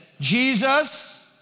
Jesus